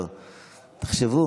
תחשבו